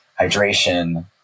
hydration